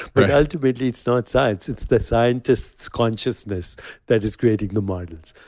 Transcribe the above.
but ultimately it's not science. it's the scientist's consciousness that is creating the models.